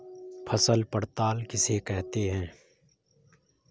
फसल पड़ताल किसे कहते हैं?